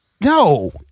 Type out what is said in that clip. No